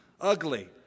ugly